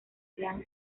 sean